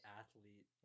athlete